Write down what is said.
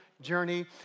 journey